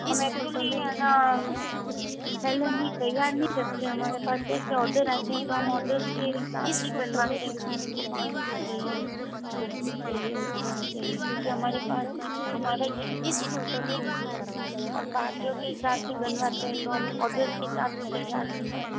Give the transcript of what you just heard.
हम ऐक्चूअली है ना पहले नहीं तैयार नहीं रखते हमारे पास जैसे ऑर्डर आते हैं तो हम ऑर्डर के हिसाब से ही बनवाते हैं किसी को पाँच सौ चाहिए दो सौ चाहिए चार चाहिए क्योंकि हमारे पास एक हमारा यही काम है हम शादियों और पार्टियों के हिसाब से बनवाते हैं तो हम ऑर्डर के हिसाब से ही तैयार करवाते हैं सर